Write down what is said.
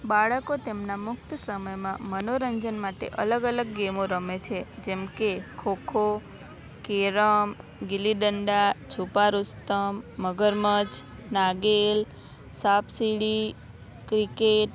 બાળકો તેમના મુક્ત સમયમાં મનોરંજન માટે અલગ અલગ ગેમો રમે છે જેમકે ખો ખો કેરમ ગિલ્લીડંડા છુપા રુસ્તમ મગરમચ્છ નાગેલ સાપસીડી ક્રિકેટ